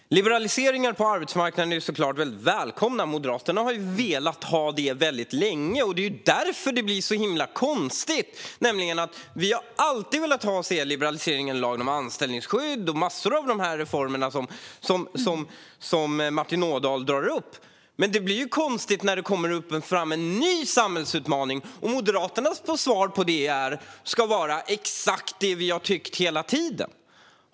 Fru talman! Liberaliseringar på arbetsmarknaden är såklart väldigt välkomna. Moderaterna har velat ha det väldigt länge, och det är därför det blir så himla konstigt. Vi har nämligen alltid velat se en liberalisering av lagen om anställningsskydd och göra massor av de reformer som Martin Ådahl drar upp. Men när det kommer fram en ny samhällsutmaning blir det ju konstigt om Moderaternas svar på det ska vara exakt det vi har tyckt hela tiden.